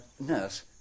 nurse